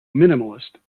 minimalist